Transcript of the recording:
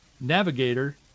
Navigator